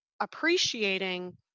appreciating